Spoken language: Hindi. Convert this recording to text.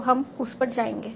तो हम उस पर जाएंगे